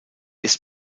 ist